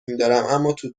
میدارم، اماتو